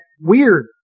weird